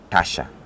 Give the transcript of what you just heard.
Tasha